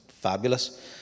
fabulous